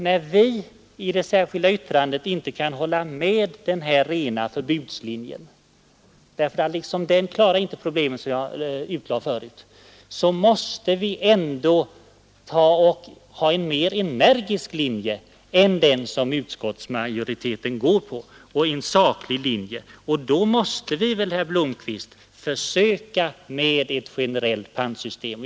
När vi i vårt särskilda yttrande inte kan acceptera den rena förbudslinjen — eftersom den, som jag förklarade förut, inte klarar av problemen — måste vi välja en energisk och saklig linje, och det betyder en annan linje än den alldeles för passiva som utskottsmajoriteten valt. Då måste vi, herr Blomkvist, försöka med ett generellt pantsystem.